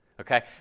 Okay